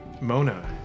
Mona